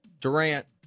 Durant